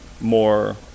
more